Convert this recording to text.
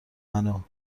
منو